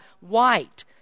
white